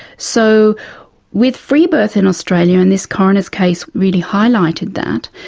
so with free birth in australia, and this coroner's case really highlighted that,